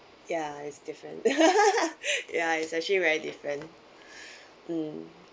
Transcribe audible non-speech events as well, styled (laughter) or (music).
ya it's different (laughs) ya it's actually very different (breath) mm